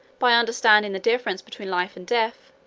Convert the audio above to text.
by understanding the difference between life and death,